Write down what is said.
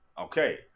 okay